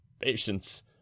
Patience